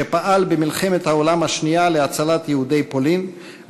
שפעל במלחמת העולם השנייה להצלת יהודי פולין,